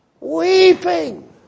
Weeping